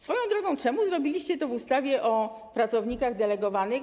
Swoją drogą, czemu zrobiliście to w ustawie o pracownikach delegowanych?